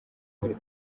muli